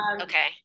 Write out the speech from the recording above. okay